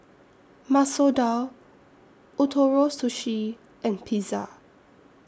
Masoor Dal Ootoro Sushi and Pizza